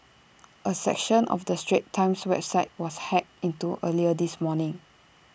A section of the straits times website was hacked into earlier this morning